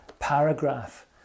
paragraph